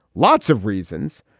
lots of reasons,